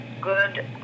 good